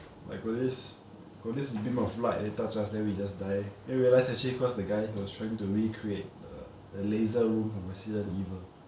like got this got this beam of light then it touch us then we just die then we realise actually because the guy he was trying to recreate the the laser room from resident evil